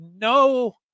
no